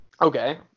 Okay